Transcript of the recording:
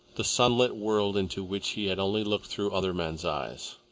the sunlit world into which he had only looked through other men's eyes.